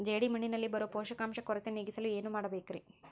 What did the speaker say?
ಜೇಡಿಮಣ್ಣಿನಲ್ಲಿ ಬರೋ ಪೋಷಕಾಂಶ ಕೊರತೆ ನೇಗಿಸಲು ಏನು ಮಾಡಬೇಕರಿ?